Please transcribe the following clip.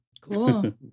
Cool